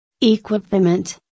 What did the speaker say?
Equipment